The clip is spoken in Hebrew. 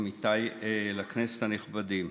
עמיתיי לכנסת הנכבדים,